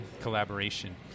collaboration